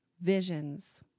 visions